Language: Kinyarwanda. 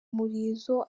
murizo